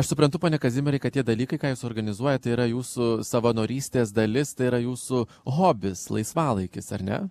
aš suprantu pone kazimierai kad tie dalykai ką jūs organizuojat yra jūsų savanorystės dalis tai yra jūsų hobis laisvalaikis ar ne